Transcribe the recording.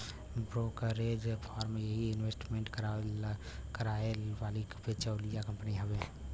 brokerage firm यही investment कराए वाली बिचौलिया कंपनी हउवे